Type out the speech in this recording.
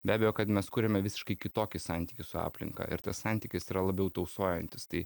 be abejo kad mes kuriame visiškai kitokį santykį su aplinka ir tas santykis yra labiau tausojantis tai